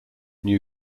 new